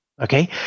Okay